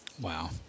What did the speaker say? Wow